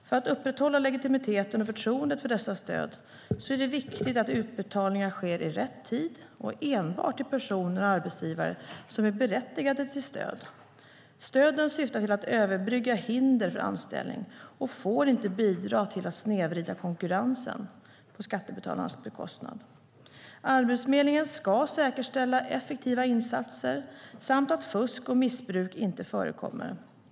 För att upprätthålla legitimiteten och förtroendet för dessa stöd är det viktigt att utbetalningar sker i rätt tid och enbart till personer och arbetsgivare som är berättigade till stöd. Stöden syftar till att överbrygga hinder för anställning och får inte bidra till att snedvrida konkurrensen på skattebetalarnas bekostnad. Arbetsförmedlingen ska säkerställa effektiva insatser samt att fusk och missbruk inte förekommer.